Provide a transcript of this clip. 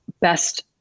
best